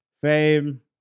fame